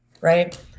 right